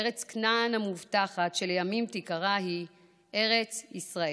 ארץ כנען המובטחת, שלימים תקרא ארץ ישראל.